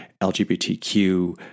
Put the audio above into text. LGBTQ